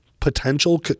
potential